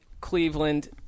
Cleveland